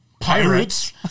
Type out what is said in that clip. Pirates